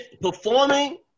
Performing